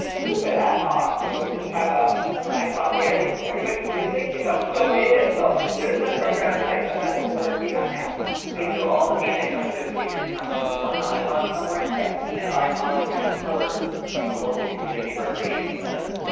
it's a little bit ad hoc. you know, we just have ah an ipod there with everybody's music, you know, donated. so there isn't a program in place, but that's what we're working on now wait. so all the music coming through the speakers comes from one ipod somewhere? yeah an ipod in a cupboard in the local community recreation center.